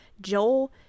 Joel